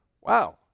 Wow